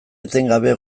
etengabe